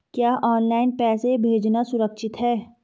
क्या ऑनलाइन पैसे भेजना सुरक्षित है?